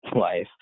life